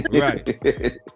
Right